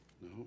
No